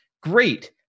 great